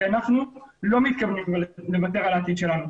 כי אנחנו לא מתכוונים לוותר על העתיד שלנו.